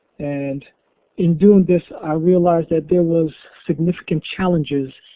and in doing this, i realized that there was significant challenges,